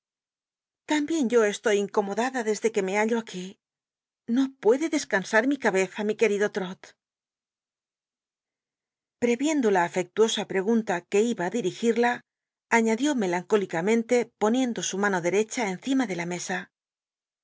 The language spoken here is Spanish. tambien yo estoy incomodada de de que me hallo aquí no puede de cansar mi cabeza mi querido trot previendo la afectuosa lli'egunl t que iba í dil'igida añadió melancólicamente poniendo hl mano derecha cncima de ht mesa